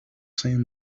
same